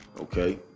okay